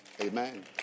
Amen